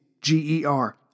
G-E-R